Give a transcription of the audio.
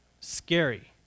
scary